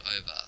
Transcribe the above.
over